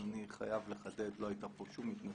אני חייב לחדד, לא היתה פה שום התנצלות.